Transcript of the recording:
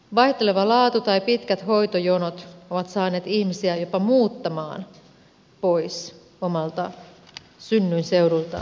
vaihteleva laatu tai pitkät hoitojonot ovat saaneet ihmisiä jopa muuttamaan pois omalta synnyinseudultaan tai eri paikkakunnalle